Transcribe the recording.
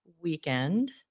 weekend